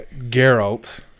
Geralt